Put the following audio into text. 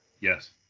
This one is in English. Yes